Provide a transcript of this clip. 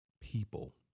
people